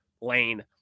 Lane